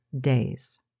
days